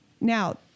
Now